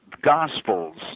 Gospels